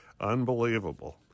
Unbelievable